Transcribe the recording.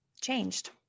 changed